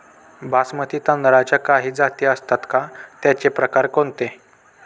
बासमती तांदळाच्या काही जाती असतात का, त्याचे प्रकार कोणते?